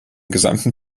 gesamten